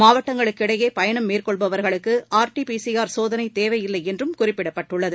மாவட்டங்களுக்கிடையே பயணம் மேற்கொள்பவர்களுக்கு ஆர்டிபிசிஆர் சோதனை தேவையில்லை என்றும் குறிப்பிடப்பட்டுள்ளது